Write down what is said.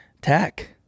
Tech